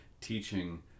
teaching